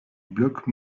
blocs